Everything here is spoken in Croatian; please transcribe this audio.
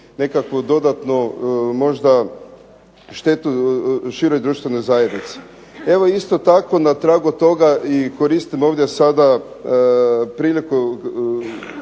nekakvu dodatnu možda štetu široj društvenoj zajednici. Evo isto tako na tragu toga i koristim ovdje sada priliku,